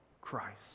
Christ